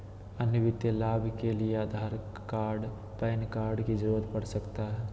अन्य वित्तीय लाभ के लिए आधार कार्ड पैन कार्ड की जरूरत पड़ सकता है?